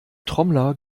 trommler